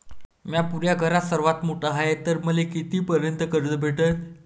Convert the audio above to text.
म्या पुऱ्या घरात सर्वांत मोठा हाय तर मले किती पर्यंत कर्ज भेटन?